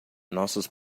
nossos